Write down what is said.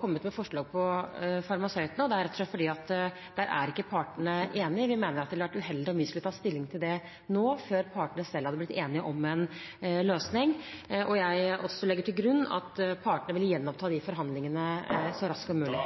kommet med forslag for farmasøytene, og det er rett og slett fordi der er ikke partene enige. Vi mener det ville vært uheldig om vi skulle tatt stilling til det nå, før partene selv har blitt enige om en løsning. Jeg legger også til grunn at partene vil gjenoppta de forhandlingene så raskt som mulig.